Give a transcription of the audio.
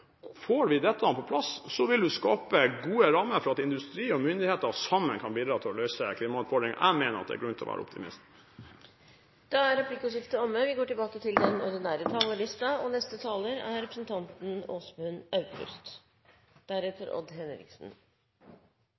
dette på plass, vil det skape gode rammer for at industri og myndigheter sammen kan bidra til å løse klimautfordringene. Jeg mener at det er grunn til å være optimist. Replikkordskiftet er omme. Dette er kanskje Stortingets viktigste klimadebatt, hvor vi